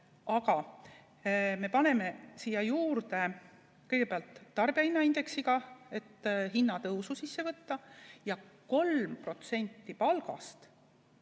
Aga me paneme siia juurde kõigepealt tarbijahinnaindeksi, et hinnatõusu arvesse võtta, ja 3% brutopalgast